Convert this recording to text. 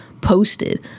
posted